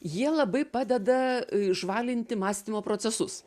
jie labai padeda žvalinti mąstymo procesus